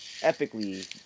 epically